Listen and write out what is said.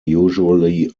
usually